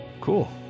Cool